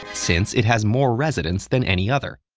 since it has more residents than any other.